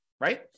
right